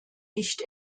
nicht